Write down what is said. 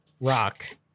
Rock